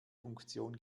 funktion